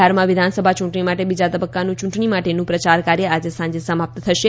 બિહારમાં વિધાનસભા ચૂંટણી માટે બીજા તબક્કાનું ચૂંટણી માટેનું પ્રચાર કાર્ય આજે સાંજે સમાપ્ત થશે